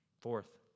Fourth